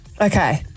Okay